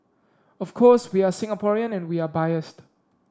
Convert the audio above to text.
of course we are Singaporean and we are biased